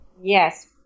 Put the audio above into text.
yes